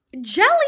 Jelly